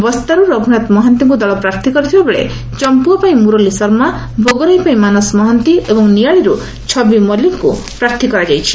ବସ୍ତାରୁ ରଘୁନାଥ ମହାନ୍ତିଙ୍କୁ ଦଳ ପ୍ରାର୍ଥୀ କରିଥିବାବେଳେ ଚ୍ପୁଆ ପାଇଁ ମୁରଲୀ ଶର୍ମା ଭୋଗରାଇ ପାଇଁ ମାନସ ମହାନ୍ତି ଏବଂ ନିଆଳିରୁ ଛବି ମଲ୍ଲିକଙ୍କୁ ପ୍ରାର୍ଥୀ କରିଛି